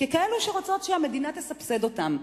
ככאלו שרוצות שהמדינה תסבסד אותן,